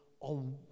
on